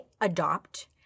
adopt